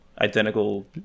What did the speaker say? identical